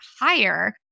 higher